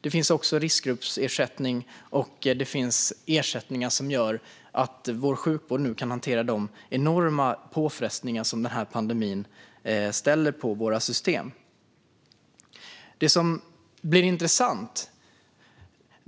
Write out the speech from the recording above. Det finns också riskgruppsersättning och ersättningar som gör att vår sjukvård nu kan hantera de enorma påfrestningar som pandemin orsakar på våra system. Det som blir intressant